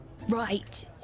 Right